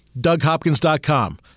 DougHopkins.com